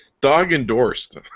dog-endorsed